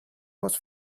was